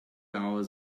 hours